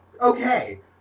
okay